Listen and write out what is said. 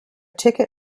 ticket